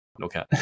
okay